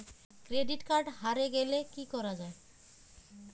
Credit card হারে গেলে কি করা য়ায়?